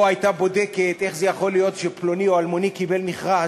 או הייתה בודקת איך יכול להיות שפלוני או אלמוני קיבל מכרז,